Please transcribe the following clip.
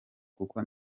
kuko